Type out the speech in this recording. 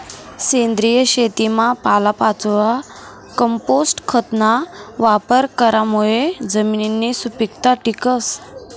सेंद्रिय शेतीमा पालापाचोया, कंपोस्ट खतना वापर करामुये जमिननी सुपीकता टिकस